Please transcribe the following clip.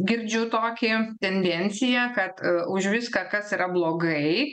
girdžiu tokį tendenciją kad už viską kas yra blogai